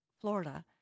Florida